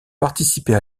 participait